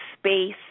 space